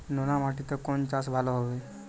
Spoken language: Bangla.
নোনা মাটিতে কোন চাষ ভালো হবে?